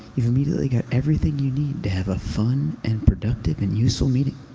you immediately get everything you need to have a fun and productive and useful meeting.